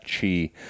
chi